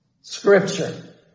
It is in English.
Scripture